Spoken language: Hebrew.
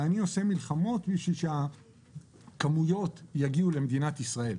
ואני עושה מלחמות בשביל שהכמויות יגיעו למדינת ישראל.